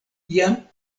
jam